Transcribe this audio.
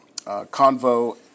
Convo